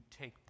take